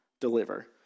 deliver